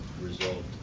result